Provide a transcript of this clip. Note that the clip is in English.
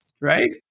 Right